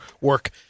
work